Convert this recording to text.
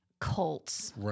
cults